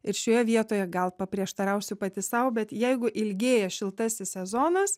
ir šioje vietoje gal paprieštarausiu pati sau bet jeigu ilgėja šiltasis sezonas